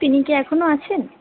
তিনি কি এখনও আছেন